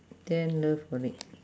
then love for it